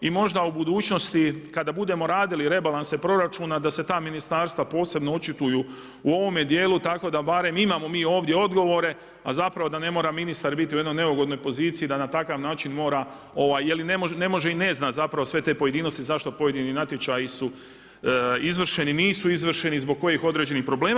I možda u budućnosti kada budemo radili rebalanse proračuna da se ta ministarstva posebno očituju u ovome dijelu tako da barem imamo mi ovdje odgovore, a zapravo da ne mora biti ministar u jednoj neugodnoj poziciji da na takav način mora jer ne može i ne zna zapravo sve te pojedinosti zašto pojedini natječaji su izvršeni, nisu izvršeni, zbog kojih određenih problema.